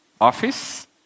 office